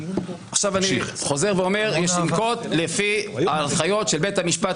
אני חוזר ואומר: יש לנקוט לפי ההנחיות של בית המשפט